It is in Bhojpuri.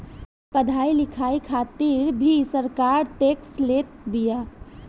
पढ़ाई लिखाई खातिर भी सरकार टेक्स लेत बिया